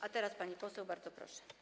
A teraz pani poseł, bardzo proszę.